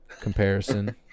Comparison